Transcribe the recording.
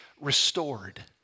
restored